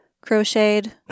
crocheted